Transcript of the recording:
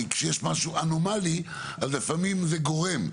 כי כשיש משהו אנומלי אז לפעמים זה גורם,